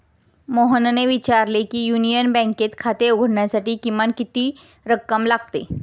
मोहनने विचारले की युनियन बँकेत खाते उघडण्यासाठी किमान किती रक्कम लागते?